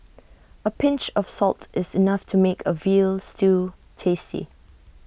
A pinch of salt is enough to make A Veal Stew tasty